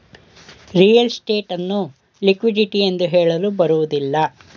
real estate ಅನ್ನು liquidity ಎಂದು ಹೇಳಲು ಬರುವುದಿಲ್ಲ